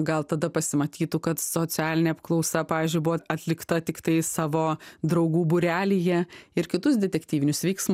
gal tada pasimatytų kad socialinė apklausa pavyzdžiui buvo atlikta tiktai savo draugų būrelyje ir kitus detektyvinius veiksmus